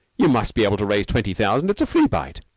you must be able to raise twenty thousand. it's a flea-bite.